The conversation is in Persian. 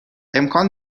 امکان